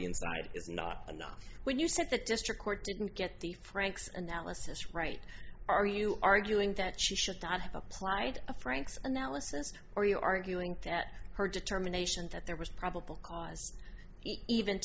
be inside is not enough when you said the district court didn't get the franks analysis right are you arguing that she should not have applied a frank's analysis are you arguing that her determination that there was probable cause even